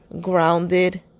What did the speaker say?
grounded